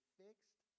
fixed